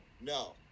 no